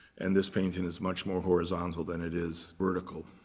and this painting is much more horizontal than it is vertical.